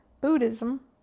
Buddhism